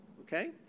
Okay